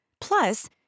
Plus